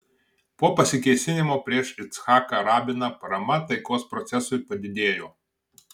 po pasikėsinimo prieš icchaką rabiną parama taikos procesui padidėjo